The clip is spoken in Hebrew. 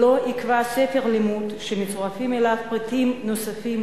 לא ייקבע ספר לימוד שמצורפים אליו פריטים נוספים,